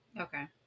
Okay